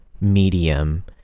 medium